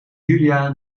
julia